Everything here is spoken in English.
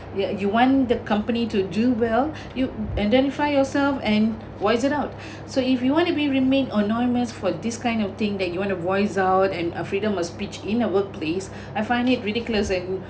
you want the company to do well you and then find yourself and voice it out so if you want to be remained anonymous for this kind of thing that you want to voice out and uh freedom of speech in a workplace I find it ridiculous and